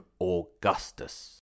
Augustus